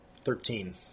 Thirteen